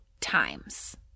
times